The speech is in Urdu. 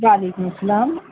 وعلیکم السّلام